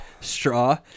straw